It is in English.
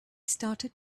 started